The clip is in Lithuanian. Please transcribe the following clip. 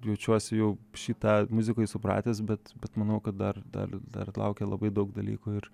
jaučiuosi jau šį tą muzikoj supratęs bet bet manau kad dar dar dar laukia labai daug dalykų ir